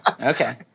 Okay